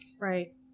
Right